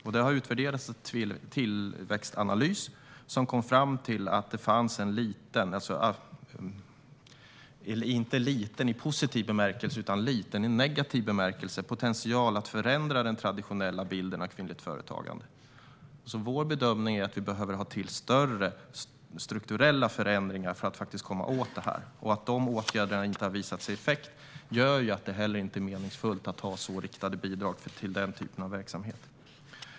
Detta har utvärderats av Tillväxtanalys, som kom fram till att det fanns en liten - liten inte i positiv bemärkelse utan liten i negativ bemärkelse - potential att förändra den traditionella bilden av kvinnligt företagande. Vår bedömning är därför att vi behöver få till större strukturella förändringar för att faktiskt komma åt detta. Att dessa åtgärder inte har gett effekt gör att det inte heller är meningsfullt att ha så riktade bidrag till denna typ av verksamhet.